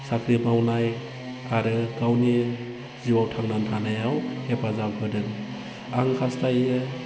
साख्रि मावनाय आरो गावनि जिउआव थांनानै थानायाव हेफाजाब होदों आं हास्थायो